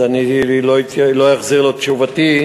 אז אני לא אחזיר לו את תשובתי.